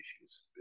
issues